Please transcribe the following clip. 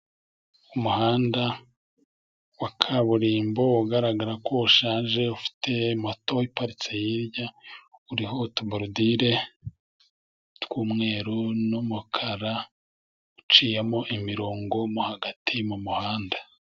Umuhanda wa kaburimbo ugaragara ko ushaje ufite moto iparitse hirya uriho utuborodire tw'umweru n'umukara , uciyemo imirongo mo hagati mu muhanda.